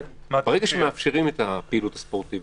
ברגע שמאפשרים את הפעילות הספורטיבית,